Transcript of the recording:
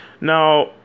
Now